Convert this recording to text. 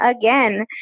again